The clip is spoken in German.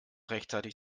rechtzeitig